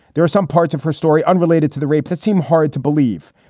there are some parts of her story unrelated to the rape that seem hard to believe.